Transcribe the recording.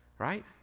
right